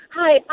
Hi